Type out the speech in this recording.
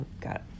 Got